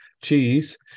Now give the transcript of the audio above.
cheese